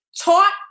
Taught